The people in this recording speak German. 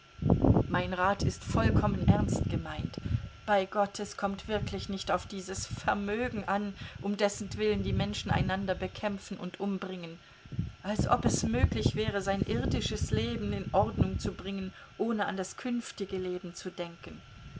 mein rat ist vollkommen ernst gemeint bei gott es kommt wirklich nicht auf dieses vermögen an um dessentwillen die menschen einander bekämpfen und umbringen als ob es möglich wäre sein irdisches leben in ordnung zu bringen ohne an das künftige leben zu denken